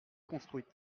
construite